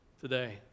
today